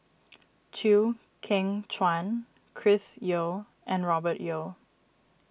Chew Kheng Chuan Chris Yeo and Robert Yeo